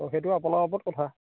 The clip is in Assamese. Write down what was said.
অঁ সেইটো আপোনাৰ ওপৰত কথা